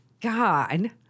God